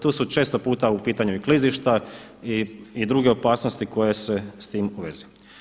Tu su često puta u pitanju i klizišta i druge opasnosti koje se s time povezuju.